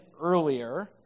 earlier